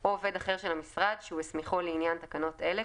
או עובד אחר של המשרד שהוא הסמיכו לעניין תקנות אלה,